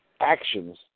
actions